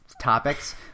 topics